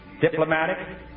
diplomatic